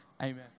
amen